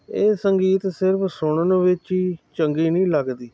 ਇਹ ਸੰਗੀਤ ਸਿਰਫ਼ ਸੁਣਨ ਵਿੱਚ ਹੀ ਚੰਗੇ ਨਹੀਂ ਲੱਗਦੇ